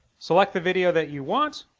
select the video that you want,